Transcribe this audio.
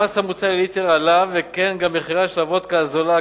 המס הממוצע לליטר עלה וכן מחירה של הוודקה הזולה,